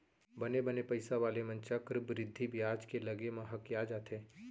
बने बने पइसा वाले मन चक्रबृद्धि बियाज के लगे म हकिया जाथें